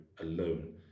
alone